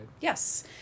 Yes